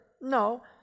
No